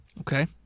Okay